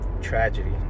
Tragedy